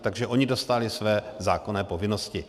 Takže oni dostali své zákonné povinnosti.